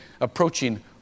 approaching